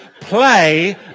play